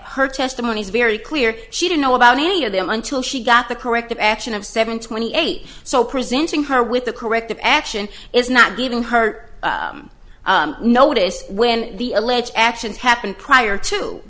her testimony is very clear she didn't know about any of them until she got the corrective action of seven twenty eight so presenting her with a corrective action is not giving her notice when the alleged actions happened prior to